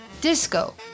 disco